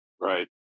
right